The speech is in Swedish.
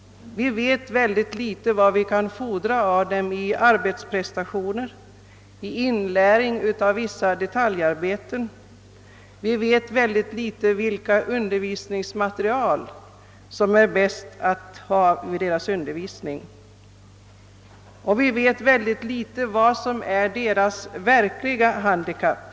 Vi vet så litet vad vi kan fordra av dessa människor i fråga om arbetsprestationer och i fråga om inlärning av vissa detaljarbeten. Vi vet så litet om vilket undervisningsmaterial som är bäst för deras undervisning, och vi vet så litet om vad som är deras verkliga handikapp.